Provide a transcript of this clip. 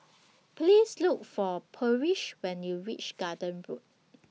Please Look For Parrish when YOU REACH Garden Road